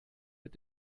mit